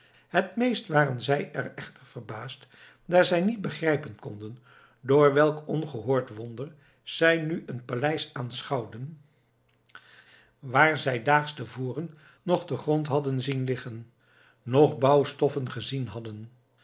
het meest waren zij er echter verbaasd daar zij niet begrijpen konden door welk ongehoord wonder zij nu een paleis aanschouwden waar zij daags te voren noch den grond hadden zien leggen noch bouwstoffen gezien hadden